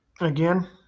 Again